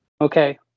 Okay